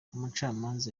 umucamanza